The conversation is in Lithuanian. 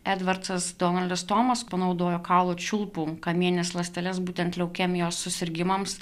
edvardsas donaldas tomas panaudojo kaulų čiulpų kamienines ląsteles būtent leukemijos susirgimams